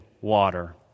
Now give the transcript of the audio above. water